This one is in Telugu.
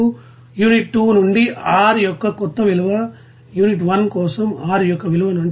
యూనిట్ 2 నుండి R యొక్క కొత్త విలువ యూనిట్ 1 కోసం R యొక్క విలువను అంచనా వేస్తుంది